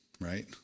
right